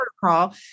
protocol